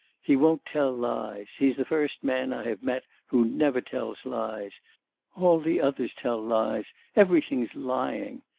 he won't tell lies he's the first man i have met who never tells lies all the others tell lies, everything's lying.